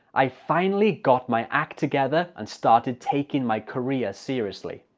i finally got my act together and started taking my career seriously.